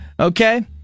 Okay